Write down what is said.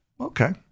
okay